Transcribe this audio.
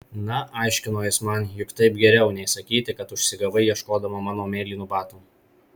na aiškino jis man juk taip geriau nei sakyti kad užsigavai ieškodama mano mėlynų batų